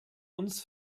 uns